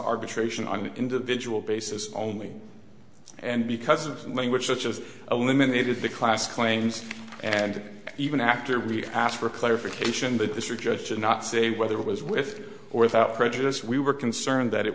arbitration on an individual basis only and because of language such as eliminated the class claims and even after we asked for clarification the district judge and not say whether it was with or without prejudice we were concerned that it